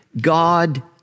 God